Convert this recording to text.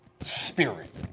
spirit